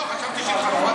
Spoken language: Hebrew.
לא, חשבתי שהתחרפנת.